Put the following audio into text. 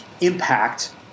impact